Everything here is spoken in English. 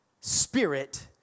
spirit